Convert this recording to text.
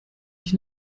ich